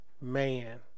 man